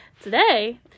Today